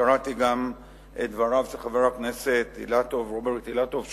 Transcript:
קראתי גם את דבריו של חבר הכנסת רוברט אילטוב,